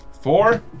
Four